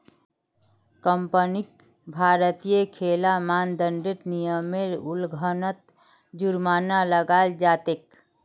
कंपनीक भारतीय लेखा मानदंडेर नियमेर उल्लंघनत जुर्माना लगाल जा तेक